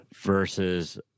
Versus